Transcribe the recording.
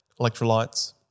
electrolytes